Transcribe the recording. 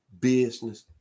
business